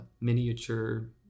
miniature